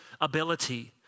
ability